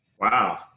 Wow